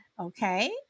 Okay